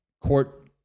court